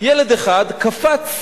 ילד אחד קפץ,